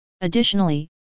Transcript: Additionally